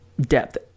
depth